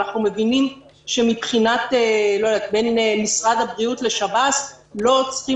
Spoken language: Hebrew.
אנחנו מבינים שבשיח בין משרד הבריאות לשב"ס לא מאפשרים